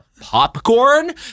popcorn